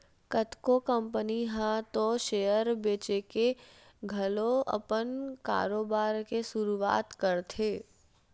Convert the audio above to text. कतको कंपनी ह तो सेयर बेंचके घलो अपन कारोबार के सुरुवात करथे